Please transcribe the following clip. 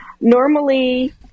normally